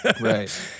Right